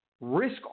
risk